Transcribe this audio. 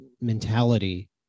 mentality